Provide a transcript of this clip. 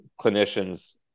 clinicians